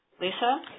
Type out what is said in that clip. Lisa